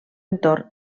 entorn